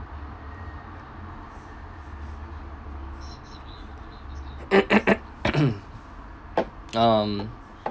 um